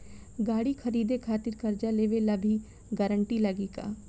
गाड़ी खरीदे खातिर कर्जा लेवे ला भी गारंटी लागी का?